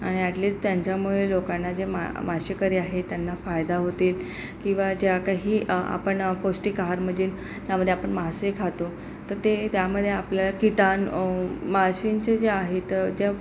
आणि at least त्यांच्यामुळे लोकांना जे मा मासेकरी आहे त्यांना फायदा होतील किंवा ज्या काही आपण पौष्टिक आहारमधील त्यामध्ये आपण मासे खातो तर ते त्यामध्ये आपल्याला किटान माशांचे जे आहेत ज्या